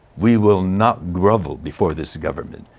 we will not grovel before this government.